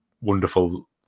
wonderful